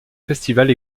festivals